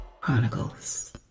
Chronicles